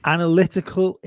Analytical